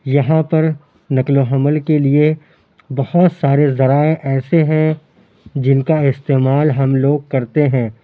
یہاں پر نقل و حمل کے لیے بہت سارے ذرائع ایسے ہیں جن کا استعمال ہم لوگ کرتے ہیں